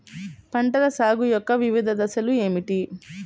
పంటల సాగు యొక్క వివిధ దశలు ఏమిటి?